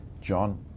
John